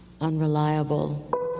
unreliable